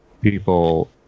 people